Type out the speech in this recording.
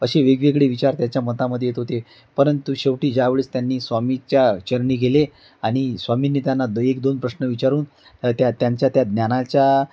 असे वेगवेगळे विचार त्याच्या मतामध्ये येत होते परंतु शेवटी ज्यावेळेस त्यांनी स्वामीच्या चरणी गेले आणि स्वामींनी त्यांना द एक दोन प्रश्न विचारून त्या त्यांच्या त्या ज्ञानाच्या